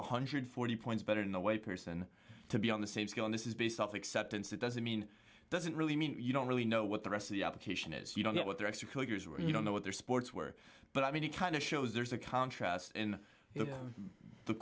one hundred and forty points better in a way person to be on the same scale in this is based off acceptance that doesn't mean doesn't really mean you don't really know what the rest of the application is you don't know what they're actually you don't know what their sports were but i mean you kind of shows there's a contrast in the